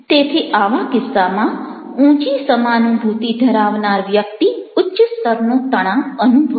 તેથી આવા કિસ્સામાં ઊંચી સમાનુભૂતિ ધરાવનાર વ્યક્તિ ઉચ્ચ સ્તરનો તણાવ અનુભવશે